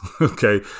Okay